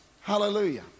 Hallelujah